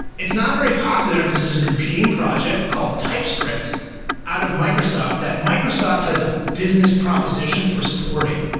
it's not very popular because there is a competing project called typescript out of microsoft that microsoft has a business proposition for supporting.